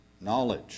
Knowledge